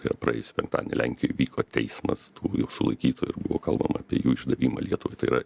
tai yra praėjusį penktadienį lenkijoj vyko teismas tų jau sulaikytų ir buvo kalbama apie jų išdavimą lietuvai tai yra